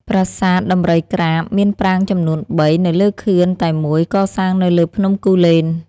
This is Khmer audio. ប្រាសាទដំរីក្រាប មានប្រាង្គចំនួន ៣ នៅលើខឿនតែមួយ កសាងនៅលើភ្នំគូលែន។